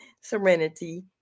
Serenity